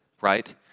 right